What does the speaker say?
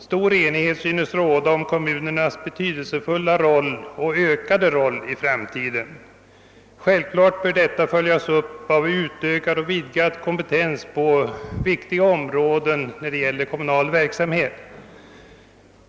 Stor enighet synes råda om kommunernas betydelsefulla och ökade roll i framtiden. Självfallet bör en uppföljning ske med utökad och vidgad kompetens på viktiga områden av den kommunala verksamheten.